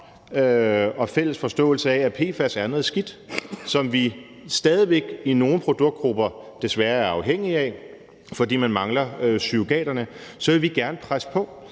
den fælles forståelse af, at PFAS er noget skidt, som vi stadig væk i nogle produktgrupper desværre er afhængige af, fordi vi mangler surrogaterne, vil vi gerne presse på,